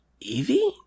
Evie